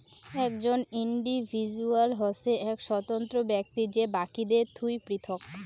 একজন ইন্ডিভিজুয়াল হসে এক স্বতন্ত্র ব্যক্তি যে বাকিদের থুই পৃথক